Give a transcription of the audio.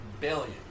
billion